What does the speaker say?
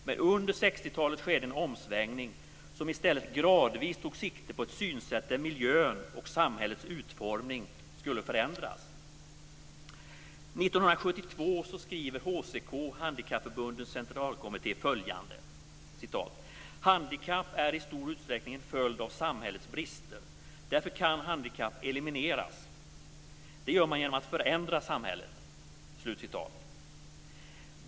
Men under 60-talet skedde en omsvängning som i stället gradvis tog sikte på ett synsätt där miljön och samhällets utformning skulle förändras. 1972 skriver HCK, Handikappförbundens Centralkommitté följande: "Handikapp är i stor utsträckning en följd av samhällets brister. Därför kan handikapp elimineras. Det gör man genom att förändra samhället."